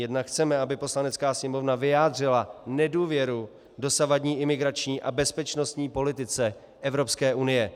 Jednak chceme, aby Poslanecká sněmovna vyjádřila nedůvěru dosavadní imigrační a bezpečnostní politice Evropské unie.